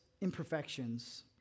imperfections